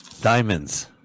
Diamonds